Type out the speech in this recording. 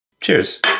Cheers